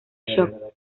shock